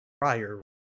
prior